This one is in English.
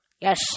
Yes